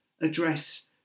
address